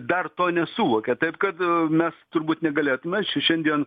dar to nesuvokė taip kad mes turbūt negalėtume šiandien